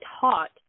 taught